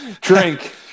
Drink